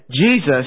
Jesus